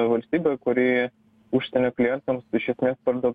valstybė kuri užsienio klientams iš esmės parda